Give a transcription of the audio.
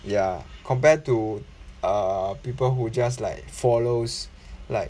ya compare to err people who just like follows like